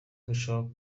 gushaka